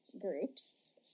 groups